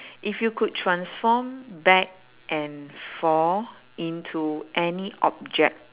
if you could transform back and forth into any object